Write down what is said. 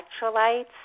electrolytes